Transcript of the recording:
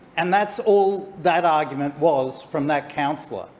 and that's all that argument was from that councillor,